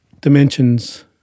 dimensions